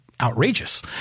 outrageous